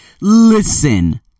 Listen